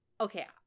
Okay